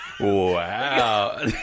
Wow